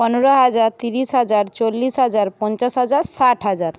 পনেরো হাজার তিরিশ হাজার চল্লিশ হাজার পঞ্চাশ হাজার ষাট হাজার